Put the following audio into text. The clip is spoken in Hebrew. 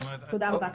תודה רבה.